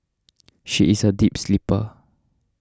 she is a deep sleeper